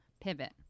pivot